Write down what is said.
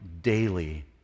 daily